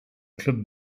club